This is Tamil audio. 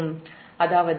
அதாவது Ib 0Ic0